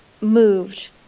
moved